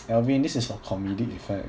alvin this is for comedic effect